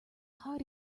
hard